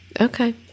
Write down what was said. Okay